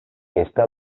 está